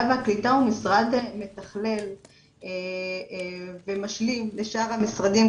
והקליטה הוא משרד מתכלל ומשלים לשאר המשרדים,